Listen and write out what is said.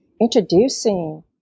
introducing